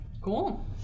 Cool